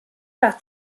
par